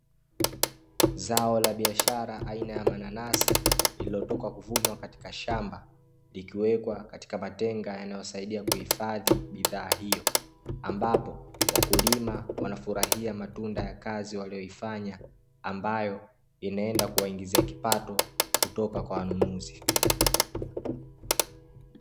Zao la biashara aina ya mananasi iliyotoka kuvunwa katika shamba likiwekwa katika matenga yanayosaidia kuhifadhi bidhaa hiyo ,ambapo wakulima wanafurahia matunda ya kazi walioifanya ambayo inaenda kuwaingizia kipato kutoka kwa wanunuzi .